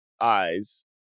eyes